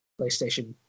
PlayStation